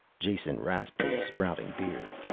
jason rasped his sprouting beard.